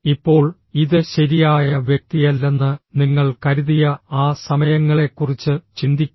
ഇപ്പോൾ ഇത് ശരിയായ വ്യക്തിയല്ലെന്ന് നിങ്ങൾ കരുതിയ ആ സമയങ്ങളെക്കുറിച്ച് ചിന്തിക്കുക